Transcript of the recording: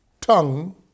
tongue